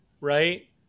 right